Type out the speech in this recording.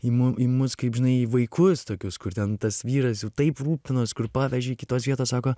į mu į mus kaip žinai į vaikus tokius kur ten tas vyras jau taip rūpinos kur pavežė kitos vietos sako